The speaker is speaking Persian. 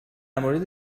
مورد